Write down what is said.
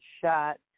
shot